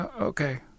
okay